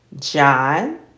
John